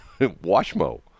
Washmo